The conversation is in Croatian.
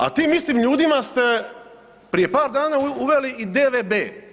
A tim istim ljudima ste prije par dana uveli i DVB.